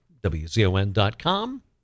WZON.com